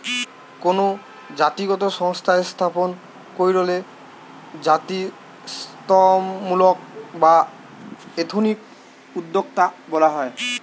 কোনো জাতিগত সংস্থা স্থাপন কইরলে জাতিত্বমূলক বা এথনিক উদ্যোক্তা বলা হয়